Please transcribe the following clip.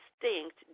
distinct